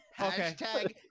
Hashtag